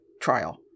trial